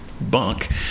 bunk